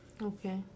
Okay